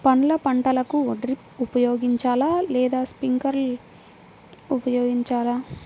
పండ్ల పంటలకు డ్రిప్ ఉపయోగించాలా లేదా స్ప్రింక్లర్ ఉపయోగించాలా?